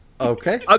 Okay